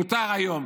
מותר היום,